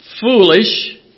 Foolish